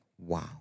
Wow